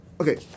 Okay